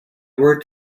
were